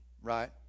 right